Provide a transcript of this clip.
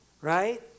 right